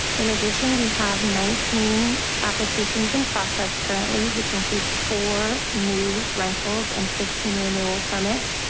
in addition, we have nineteen applications in process currently, which includes four new rentals and fifteen renewal permits.